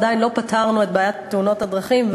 עדיין לא פתרנו את בעיית תאונות הדרכים.